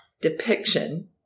depiction